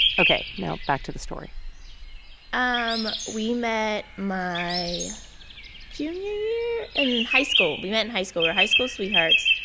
ok. now, back to the story um we met my junior year in high school. we met in high school. we were high school sweethearts.